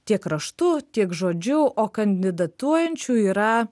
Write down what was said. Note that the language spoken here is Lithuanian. tiek raštu tiek žodžiu o kandidatuojančių yra